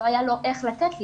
לא היה לו איך לתת לי.